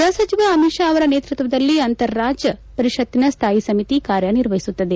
ಗೃಹ ಸಚಿವ ಅಮಿತ್ ಶಾ ಅವರ ನೇತೃತ್ವದಲ್ಲಿ ಅಂತರರಾಜ್ಯ ಪರಿಷತ್ತಿನ ಸ್ಥಾಯಿ ಸಮಿತಿ ಕಾರ್ಯನಿರ್ವಹಿಸುತ್ತದೆ